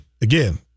again